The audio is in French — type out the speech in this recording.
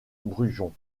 brujon